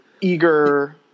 eager